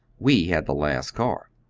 we had the last car.